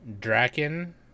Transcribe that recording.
Draken